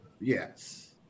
Yes